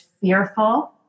fearful